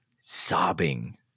sobbing